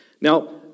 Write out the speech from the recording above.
Now